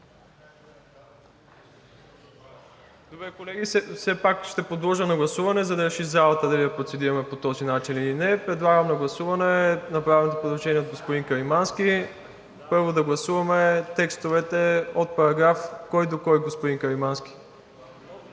Добре, колеги, все пак ще подложа на гласуване, за да реши залата дали да процедираме по този начин или не. Подлагам на гласуване направеното предложение от господин Каримански първо да гласуваме текстовете от параграф – кой до кой, господин Каримански?